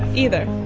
either.